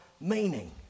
meaning